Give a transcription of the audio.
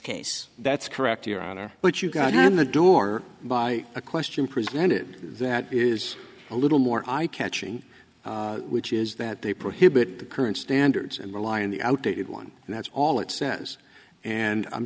case that's correct your honor but you got in the door by a question presented that is a little more eye catching which is that they prohibit the current standards and rely on the outdated one and that's all it says and i'm